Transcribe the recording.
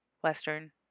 Western